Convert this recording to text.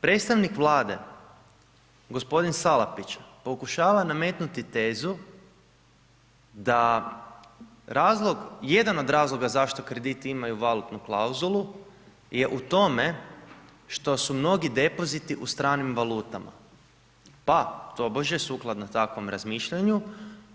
Predstavnik Vlade, g. Salapić pokušava nametnuti tezu da razlog, jedan od razloga zašto krediti imaju valutnu klauzulu je u tome što su mnogi depoziti u stranim valutama, pa tobože sukladno takvom razmišljanju,